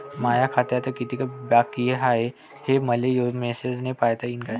माया खात्यात कितीक बाकी हाय, हे मले मेसेजन पायता येईन का?